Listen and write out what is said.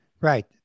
Right